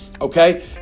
Okay